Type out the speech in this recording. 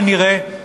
כנראה,